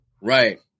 Right